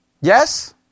Yes